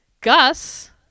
Gus